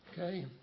Okay